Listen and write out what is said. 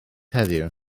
heddiw